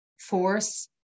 force